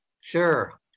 Sure